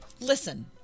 listen